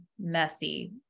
messy